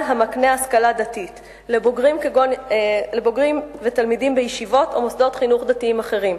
המקנה השכלה דתית לבוגרים כגון ישיבות או מוסדות חינוך דתיים אחרים.